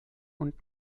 und